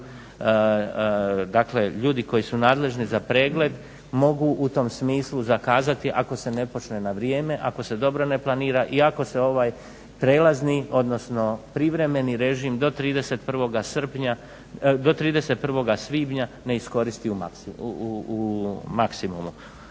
dakle ljudi koji su nadležni za pregled mogu u tom smislu zakazati ako se ne počne ne vrijeme ako se dobro ne planira i ako se ovaj prijelazni odnosno privremeni režim do 31.svibnja ne iskoristi u maksimumu.